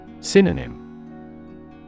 Synonym